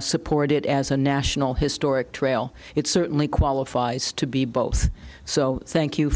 support it as a national historic trail it certainly qualifies to be both so thank you